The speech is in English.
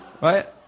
Right